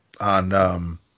on